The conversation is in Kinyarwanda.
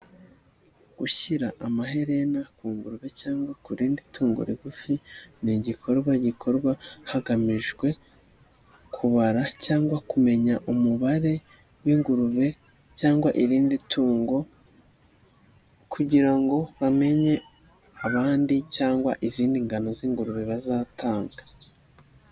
Gushyira amaherena ku ngube cyangwa ku rindi tungo rigufi, ni igikorwa gikorwa hagamijwe kubara cyangwa kumenya umubare w'ingurube cyangwa irindi tungo kugira ngo bamenye abandi cyangwa izindi ngano z'ingurube bazatanga.